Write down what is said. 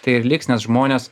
tai ir liks nes žmonės